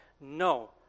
no